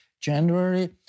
January